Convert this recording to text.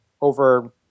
over